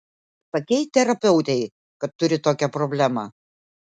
sakei terapeutei kad turi tokią problemą